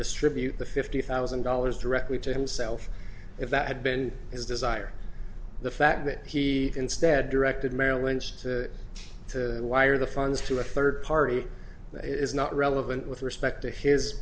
distribute the fifty thousand dollars directly to himself if that had been his desire the fact that he instead directed merrill lynch to why are the funds to a third party is not relevant with respect to his